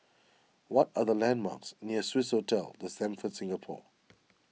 what are the landmarks near Swissotel the Stamford Singapore